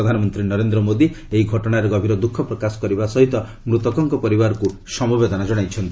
ସେହିପରି ପ୍ରଧାନମନ୍ତ୍ରୀ ନରେନ୍ଦ୍ର ମୋଦି ଏହି ଘଟଶାରେ ଗଭୀର ଦ୍ୟଖ ପ୍ରକାଶ କରିବା ସହିତ ମୃତକଙ୍କ ପରିବାରକୃ ସମବେଦନା ଜଣାଇଛନ୍ତି